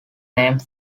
named